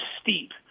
steep